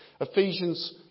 Ephesians